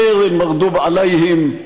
אורחם של אלה אשר נטיתָ להם חסד,